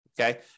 Okay